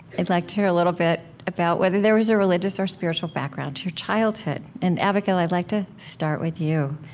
i'd like to hear a little bit about whether there was a religious or spiritual background to your childhood. and abigail, i'd like to start with you.